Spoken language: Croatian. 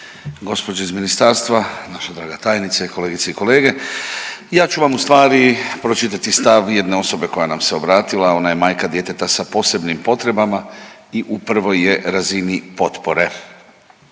gđe iz ministarstva, naša draga tajnice, kolegice i kolege. Ja ću vam ustvari pročitati stav jedne osobe koja nam se obratila, ona je majka djeteta sa posebnim potrebama i u prvoj je razini potpore.